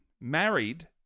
married